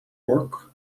vork